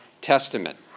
Testament